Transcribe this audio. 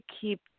keep